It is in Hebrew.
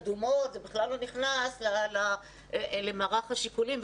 אדומות זה בכלל לא נכנס למערך השיקולים,